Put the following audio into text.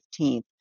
15th